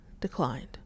declined